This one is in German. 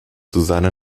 susanne